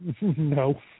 No